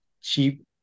cheap